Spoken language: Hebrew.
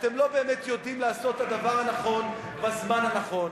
אתם לא באמת יודעים לעשות את הדבר הנכון בזמן הנכון,